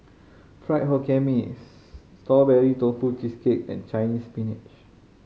Fried Hokkien Mee Strawberry Tofu Cheesecake and Chinese Spinach